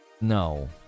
no